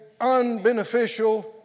unbeneficial